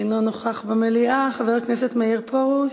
אינו נוכח במליאה, חבר הכנסת מאיר פרוש,